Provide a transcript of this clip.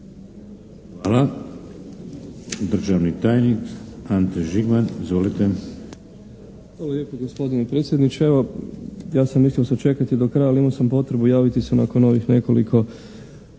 Hvala. Državni tajnik Ante Žigman. Izvolite. **Žigman, Ante** Hvala lijepa, gospodine predsjedniče. Evo, ja sam mislio sačekati do kraja ali imao sam potrebu javiti se nakon ovih nekoliko